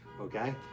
okay